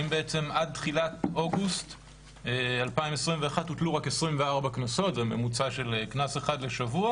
אם עד תחילת אוגוסט 2021 הוטלו רק 24 קנסות זה ממוצע של קנס אחד לשבוע